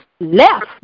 left